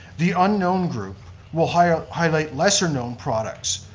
the unknown group will highlight highlight lesser known products,